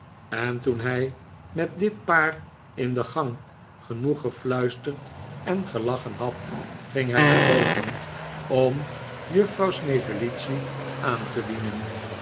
en toen hij met dit paar in de gang genoeg gefluisterd en gelachen had ging hij naar boven om juffrouw snevellicci aan te dienen